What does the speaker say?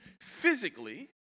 physically